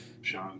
Sean